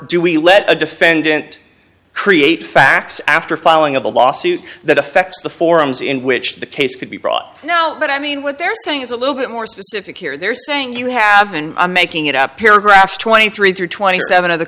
do we let a defendant create facts after filing of a lawsuit that affects the forms in which the case could be brought now but i mean what they're saying is a little bit more specific here they're saying you have been making it up paragraphs twenty three through twenty seven of the